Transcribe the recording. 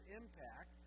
impact